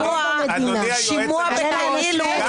--- אדוני היועץ המשפטי גם בחוק-יסוד